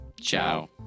Ciao